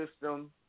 system